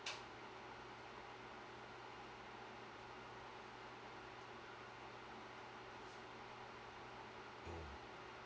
mm